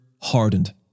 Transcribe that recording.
hardened